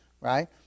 Right